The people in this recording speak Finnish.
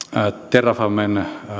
terrafamen